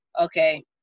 okay